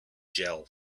jell